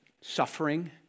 suffering